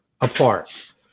apart